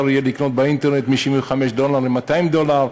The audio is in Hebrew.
יהיה לקנות בו באינטרנט מ-75 דולר ל-200 דולר.